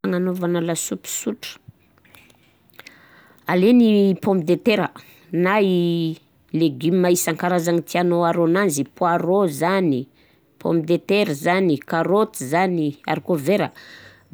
Fagnanaovagna lasopy sotra: alaigny pomme de terre na i légume isan-karazany tianao aharo ananzy: poireau zany, pomme de terre zany, karaoty zany, haricot vert